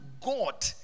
God